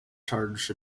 charge